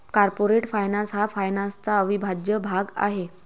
corporate finance हा फायनान्सचा अविभाज्य भाग आहे